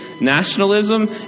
nationalism